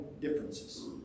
differences